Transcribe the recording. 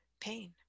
pain